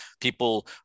People